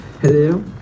Hello